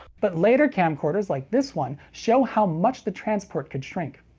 but later camcorders like this one show how much the transport could shrink.